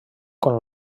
com